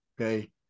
okay